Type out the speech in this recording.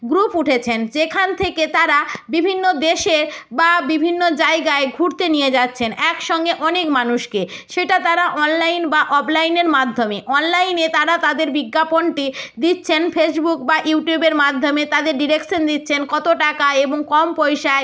group উঠেছেন যেখান থেকে তারা বিভিন্ন দেশে বা বিভিন্ন জায়গায় ঘুরতে নিয়ে যাচ্ছেন একসঙ্গে অনেক মানুষকে সেটা তারা অনলাইন বা অফলাইনের মাধ্যমে অনলাইনে তারা তাদের বিজ্ঞাপনটি দিচ্ছেন ফেসবুক বা ইউটিউবের মাধ্যমে তাদের ডিরেকশান দিচ্ছেন কতো টাকা এবং কম পয়সায়